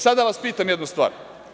Sada da vas pitam jednu stvar.